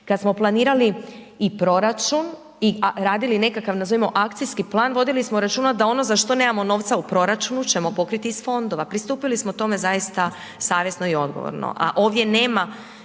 Kad smo planirali i proračun i radili nekakav nazovimo akcijski plan vodili smo računa da ono za što nemamo novca u proračunu ćemo pokriti iz fondova. Pristupili smo tome zaista savjesno i odgovorno,